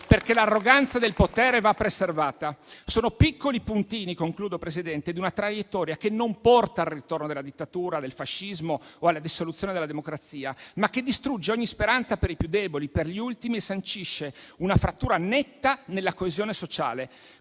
perché l'arroganza del potere va preservata. Sono piccoli puntini di una traiettoria che non porta al ritorno della dittatura del fascismo o alla dissoluzione della democrazia, ma che distrugge ogni speranza per i più deboli, per gli ultimi, e sancisce una frattura netta nella coesione sociale.